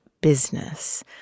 business